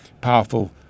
powerful